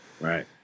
Right